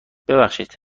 ببخشید